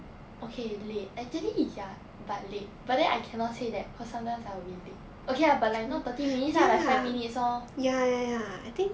okay late actually ya but late but then I cannot say that because sometimes I'll be late okay lah but not thirty minutes lah like five minutes lor